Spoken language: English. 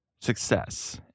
success